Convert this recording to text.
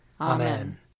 Amen